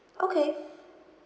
okay